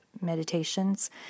meditations